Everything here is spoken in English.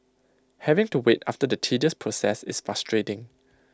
having to wait after the tedious process is frustrating